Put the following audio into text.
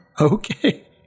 Okay